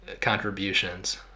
contributions